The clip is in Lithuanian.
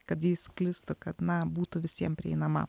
kad ji sklistų kad na būtų visiem prieinama